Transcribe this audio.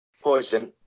Poison